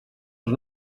als